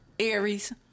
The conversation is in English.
Aries